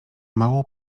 mału